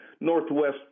Northwest